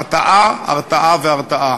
הרתעה, הרתעה והרתעה.